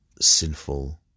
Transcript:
sinful